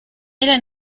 era